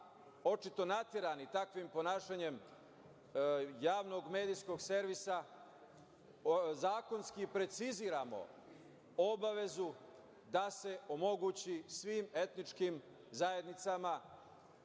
očito naterani takvim ponašanjem javnog medijskog servisa zakonski preciziramo obavezu da se omogući svim etničkim zajednicama